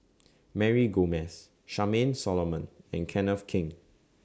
Mary Gomes Charmaine Solomon and Kenneth Keng